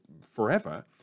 forever